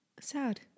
Sad